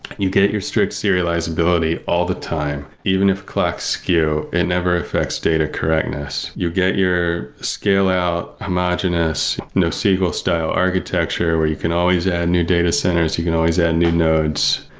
you get your strict serializability all the time even if clock skew, it never affects data correctness. you get your scale out homogenous sql style architecture, where you can always add new data centers, you can always add new nodes.